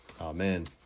Amen